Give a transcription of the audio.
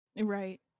Right